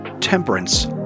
Temperance